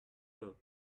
her